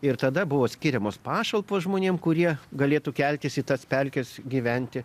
ir tada buvo skiriamos pašalpos žmonėm kurie galėtų keltis į tas pelkes gyventi